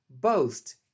boast